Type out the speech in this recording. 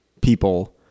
People